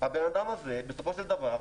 הבן אדם הזה בסופו של דבר,